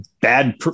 bad